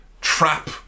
trap